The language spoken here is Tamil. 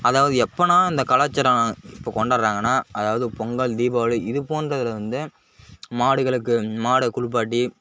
அதாவது எப்போன்னா இந்த கலாச்சாரம் இப்போ கொண்டு வர்றாங்கன்னா அதாவது பொங்கல் தீபாவளி இது போன்றதில் வந்து மாடுகளுக்கு மாட குளிப்பாட்டி